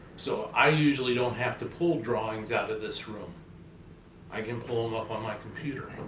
so i usually don't have to pull drawings out of this room i can pull them up on my computer,